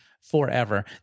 forever